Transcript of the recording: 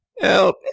Help